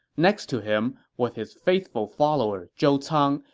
next to him was his faithful follower zhou cang,